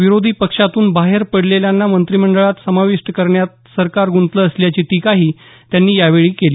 विरोधी पक्षांतून बाहेर पडलेल्यांना मंत्रिमंडळात समावीष्ट करण्यात सरकार ग्रुंतलं असल्याची टीकाही यावेळी करण्यात आली